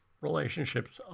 relationships